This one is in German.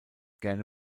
gerne